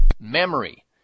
Memory